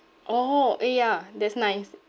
orh ya ya that's nice